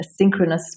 asynchronous